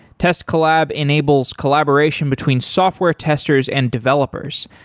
test collab enables collaboration between software testers and developers.